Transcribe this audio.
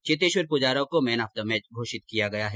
चेतेश्वर पुजारा को man of the match घोषित किया गया है